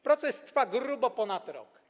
Proces trwa grubo ponad rok.